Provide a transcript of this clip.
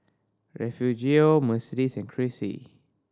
Refugio Mercedes and Crissy